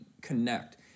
connect